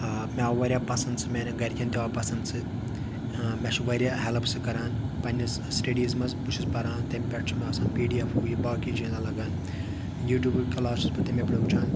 آ مےٚ آو واریاہ پَسَنٛد سُہ میانن گَرکیٚن تہِ آو پَسَنٛد سُہ مےٚ چھُ واریاہ ہیٚلپ سُہ کَران پَننِس سٹیٚڈیٖز مَنٛز بہٕ چھُس پَران تمہِ پیٚٹھ چھِ مےٚ آسان پی ڈی ایف ہُہ یہِ باقی چیٖز اَلَگَن یوٗٹوبٕکۍ کَلاس چھُس بہٕ تمے پیٚٹھ وٕچھان